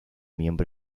miembro